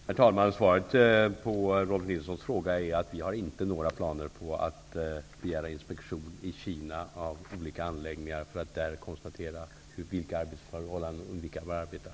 Herr talman! Svaret på Rolf L Nilsons fråga är att vi inte har några planer på att begära inspektion av olika anläggningar i Kina för att där konstatera under vilka arbetsförhållanden man arbetar.